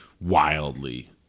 wildly